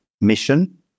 mission